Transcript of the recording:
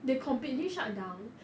they completely shut down